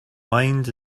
mind